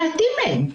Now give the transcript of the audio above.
מעטים מהם.